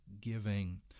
giving